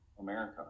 America